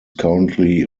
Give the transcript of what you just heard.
currently